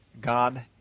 God